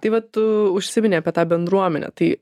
tai va tu užsiminei apie tą bendruomenę tai